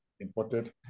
imported